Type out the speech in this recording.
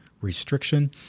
restriction